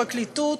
גם על הפרקליטות,